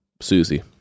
Susie